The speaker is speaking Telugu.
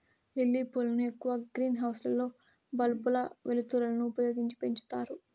లిల్లీ పూలను ఎక్కువగా గ్రీన్ హౌస్ లలో బల్బుల వెలుతురును ఉపయోగించి పెంచుతారు